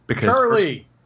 Charlie